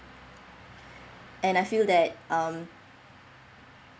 and I feel that um